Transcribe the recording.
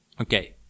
Okay